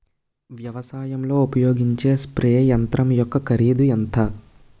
వ్యవసాయం లో ఉపయోగించే స్ప్రే యంత్రం యెక్క కరిదు ఎంత?